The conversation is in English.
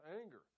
anger